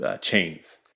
chains